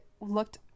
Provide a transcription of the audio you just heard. looked